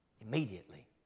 Immediately